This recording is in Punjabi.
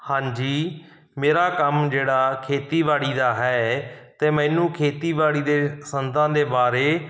ਹਾਂਜੀ ਮੇਰਾ ਕੰਮ ਜਿਹੜਾ ਖੇਤੀਬਾੜੀ ਦਾ ਹੈ ਅਤੇ ਮੈਨੂੰ ਖੇਤੀਬਾੜੀ ਦੇ ਸੰਦਾਂ ਦੇ ਬਾਰੇ